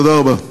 תודה רבה.